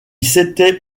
s’était